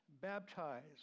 baptized